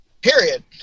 Period